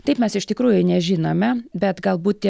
taip mes iš tikrųjų nežinome bet galbūt